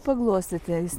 paglostyti eis